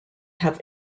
have